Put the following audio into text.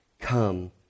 Come